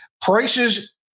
Prices